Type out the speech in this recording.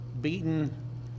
beaten